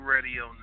Radio